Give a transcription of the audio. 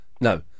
no